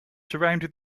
surrounded